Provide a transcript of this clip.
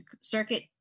Circuit